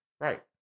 Right